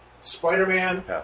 Spider-Man